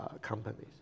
companies